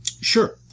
Sure